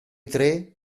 tre